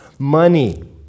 Money